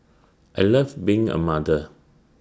I love being A mother